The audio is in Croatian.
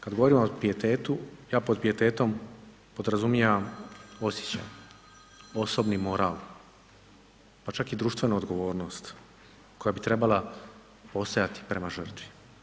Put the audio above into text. Kad govorimo o pijetetu, ja pod pijetetom podrazumijevam osjećaj, osobni moral, pa čak i društvenu odgovornost koja bi trebala postojati prema žrtvi.